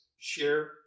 share